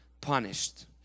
punished